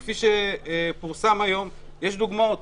כפי שפורסם היום יש דוגמאות.